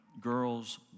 Girls